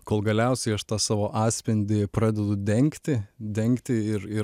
kol galiausiai aš tą savo atspindį pradedu dengti dengti ir ir